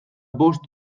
bost